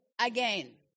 again